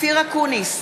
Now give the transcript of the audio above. אופיר אקוניס,